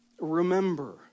Remember